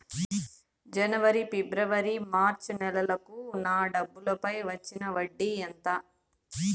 జనవరి, ఫిబ్రవరి, మార్చ్ నెలలకు నా డబ్బుపై వచ్చిన వడ్డీ ఎంత